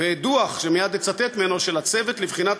ודוח שמייד אצטט ממנו של הצוות לבחינת